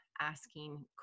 asking